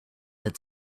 had